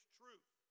truth